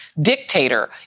dictator